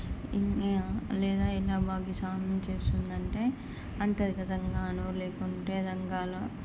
లేదా ఎలా భాగస్వామ్యం చేస్తుంది అంటే అంతర్గతంగానో లేకుంటే రంగాలు